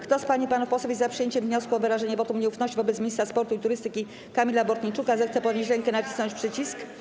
Kto z pań i panów posłów jest za przyjęciem wniosku o wyrażenie wotum nieufności wobec ministra sportu i turystyki Kamila Bortniczuka, zechce podnieść rękę i nacisnąć przycisk.